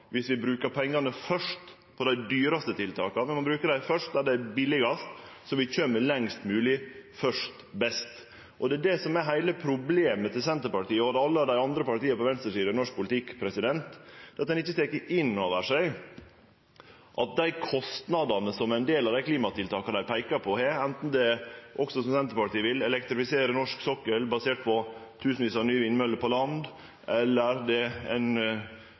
vi først brukar pengane på dei dyraste tiltaka, vi må først bruke dei der det er billigast, så vi kjem lengst mogleg først og best. Det er det som er heile problemet til Senterpartiet og alle dei andre partia på venstresida i norsk politikk, ein tek ikkje inn over seg at med dei kostnadene som ein del av klimatiltaka dei peikar på, har – enten det er som Senterpartiet vil, elektrifisere norsk sokkel basert på tusenvis av nye vindmøller på land, eller det er ein